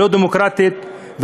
לא דמוקרטית,